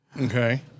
Okay